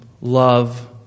love